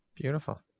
Beautiful